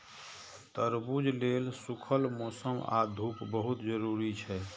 तरबूज लेल सूखल मौसम आ धूप बहुत जरूरी छै